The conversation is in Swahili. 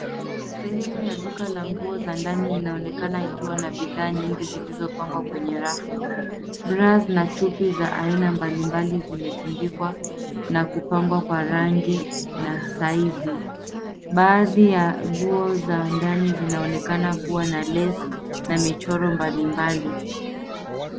Sehemu ya duka la nguo ndani inaonekana ikiwa na bidhaa nyingi zilizopangwa kwenye rafu.[çs]bras na chupi za aina mbalimbali zimetundikwa na kupangwa kwa rangi na size .Baadhi ya nguo za ndani zinaonekana kuwa na [çs] lace na michoro mbalimbali.